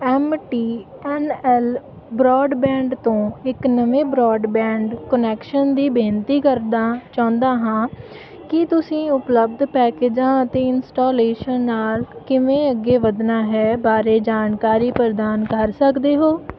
M T N L broadband ਤੋਂ ਇੱਕ ਨਵੇਂ ਬ੍ਰੌਡਬੈਂਡ ਕੁਨੈਕਸ਼ਨ ਦੀ ਬੇਨਤੀ ਕਰਨਾ ਚਾਹੁੰਦਾ ਹਾਂ ਕੀ ਤੁਸੀਂ ਉਪਲੱਬਧ ਪੈਕੇਜਾਂ ਅਤੇ ਇੰਸਟਾਲੇਸ਼ਨ ਨਾਲ ਕਿਵੇਂ ਅੱਗੇ ਵਧਣਾ ਹੈ ਬਾਰੇ ਜਾਣਕਾਰੀ ਪ੍ਰਦਾਨ ਕਰ ਸਕਦੇ ਹੋ